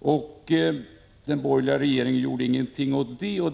och den borgerliga regeringen gjorde ingenting åt saken.